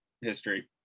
history